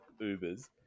Ubers